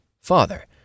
Father